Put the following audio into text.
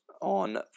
on